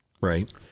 Right